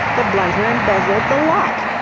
the blighter embezzled the lot?